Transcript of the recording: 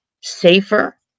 safer